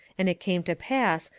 and it came to pass,